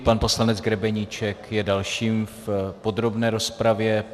Pan poslanec Grebeníček je další v podrobné rozpravě.